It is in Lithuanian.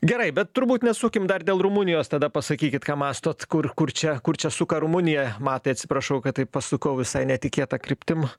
gerai bet turbūt nesukim dar dėl rumunijos tada pasakykit ką mąstot kur kur čia kur čia suka rumunija matai atsiprašau kad taip pasukau visai netikėta kryptim